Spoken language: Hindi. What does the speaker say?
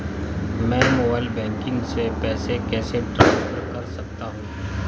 मैं मोबाइल बैंकिंग से पैसे कैसे ट्रांसफर कर सकता हूं?